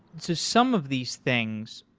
so some of these things,